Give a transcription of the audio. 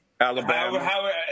Alabama